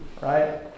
right